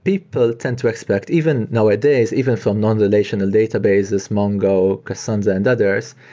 people tend to expect even nowadays, even from non-relational databases, mongo, cassandra and others,